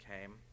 came